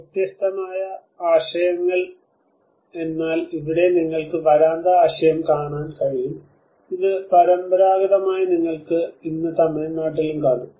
വ്യത്യസ്തമായ ആശയങ്ങൾ എന്നാൽ ഇവിടെ നിങ്ങൾക്ക് വരാന്ത ആശയം കാണാൻ കഴിയും ഇത് പരമ്പരാഗതമായി നിങ്ങൾക്ക് ഇന്ന് തമിഴ്നാട്ടിലും കാണാം